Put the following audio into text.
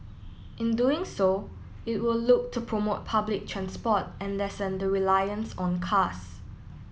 in doing so it will look to promote public transport and lessen the reliance on cars